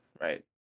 right